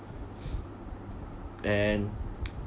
and